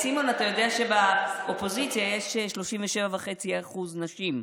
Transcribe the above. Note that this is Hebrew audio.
סימון, אתה יודע שבאופוזיציה יש 37.5% נשים?